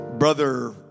Brother